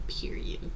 Period